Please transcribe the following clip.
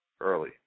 early